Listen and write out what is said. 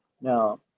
Now